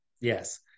Yes